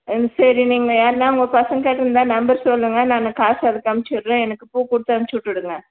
சரி நீங்கள் யாருன்னால் உங்கள் பசங்கள் கிட்டே இருந்தால் நம்பர் சொல்லுங்க நான் காசு அதுக்கு அனுப்பிச்சி விட்டுறேன் எனக்கு பூ கொடுத்து அனுப்பிச்சி விட்டுடுங்க